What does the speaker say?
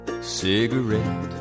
Cigarette